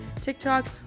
TikTok